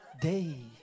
day